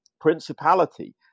principality